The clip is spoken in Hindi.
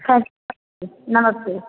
हाँ नमस्ते